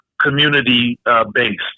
community-based